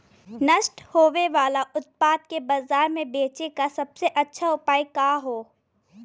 नष्ट होवे वाले उतपाद के बाजार में बेचे क सबसे अच्छा उपाय का हो?